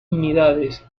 unidades